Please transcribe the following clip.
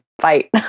fight